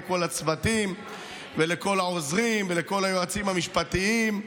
לכל הצוותים ולכל העוזרים ולכל היועצים המשפטיים.